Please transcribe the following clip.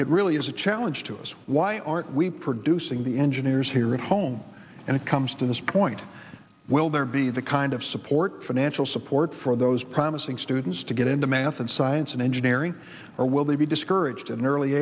it really is a challenge to us why aren't we producing the engineers here at home and it comes to this point will there be the kind of support financial support for those promising students to get into math and science and engineering or will they be discouraged in early